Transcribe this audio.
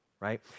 Right